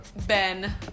Ben